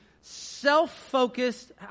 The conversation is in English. self-focused